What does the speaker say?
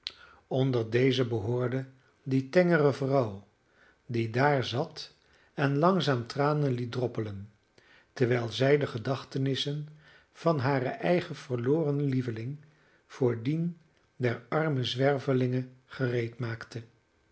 onder deze behoorde die tengere vrouw die daar zat en langzaam tranen liet droppelen terwijl zij de gedachtenissen van haren eigen verloren lieveling voor dien der arme zwervelinge gereed maakte